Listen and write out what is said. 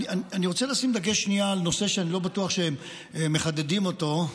אני רוצה לשים שנייה דגש על נושא שאני לא בטוח שמחדדים אותו.